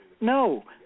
No